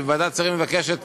אם ועדת שרים מבקשת